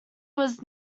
was